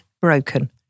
broken